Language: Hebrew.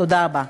תודה רבה.